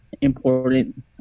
important